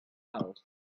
house